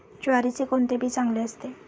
ज्वारीचे कोणते बी चांगले असते?